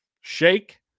shake